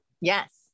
Yes